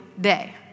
day